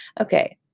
Okay